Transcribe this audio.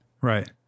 Right